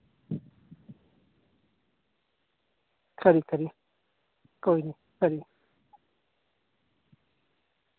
खरी खरी कोई निं खरी खरी